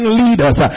leaders